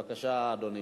בבקשה, אדוני.